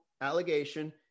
allegation